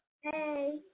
Hey